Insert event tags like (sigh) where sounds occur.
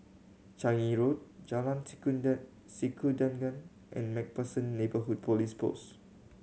Changi Road Jalan (unintelligible) Sikudangan and Macpherson Neighbourhood Police Post